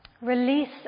Release